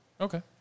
Okay